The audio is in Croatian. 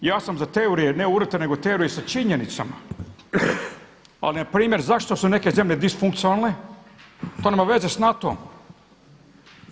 Ja sam za teorije, ne urote, nego teorije sa činjenicama ali npr. zašto su neke zemlje disfunkcionalne to nema veze s NATO-om.